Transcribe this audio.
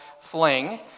Fling